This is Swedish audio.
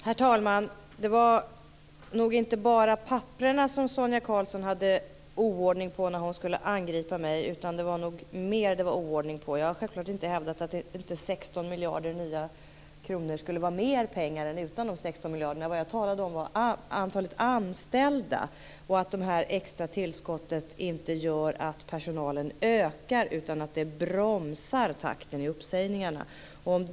Herr talman! Det var nog inte bara papperna som Sonia Karlsson hade oordning på när hon skulle angripa mig, utan det var nog mer. Jag har självklart inte hävdat att 16 miljarder nya kronor inte skulle vara mer pengar än utan dessa 16 miljarder. Vad jag talade om var antalet anställda. Jag sade att det här extra tillskottet inte gör att personalen ökar utan att det bromsar takten i uppsägningarna.